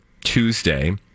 Tuesday